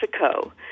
Mexico